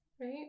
Right